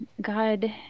God